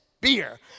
beer